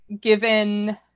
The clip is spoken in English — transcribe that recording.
given